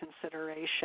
consideration